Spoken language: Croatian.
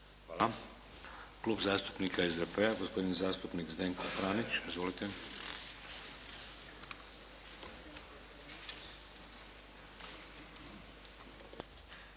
Hvala. Klub zastupnika SDP-a, gospodin zastupnik Zdenko Franić. Izvolite.